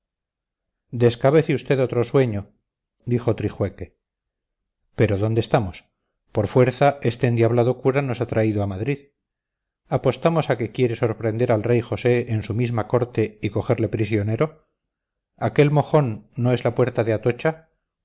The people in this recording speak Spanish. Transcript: gabachones descabece usted otro sueño dijo trijueque pero dónde estamos por fuerza este endiablado cura nos ha traído a madrid apostamos a que quiere sorprender al rey josé en su misma corte y cogerle prisionero aquel mojón no es la puerta de atocha